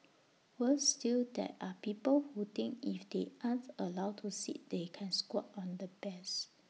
worse still there are people who think if they aren't allowed to sit they can squat on the bears